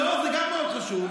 לא, גם זה מאוד חשוב.